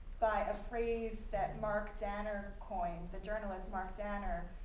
by a phrase that mark danner coined the journalist mark danner,